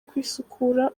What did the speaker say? kwisukura